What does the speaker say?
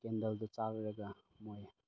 ꯀꯦꯟꯗꯜꯗꯨ ꯆꯥꯛꯂꯒ ꯃꯣꯏ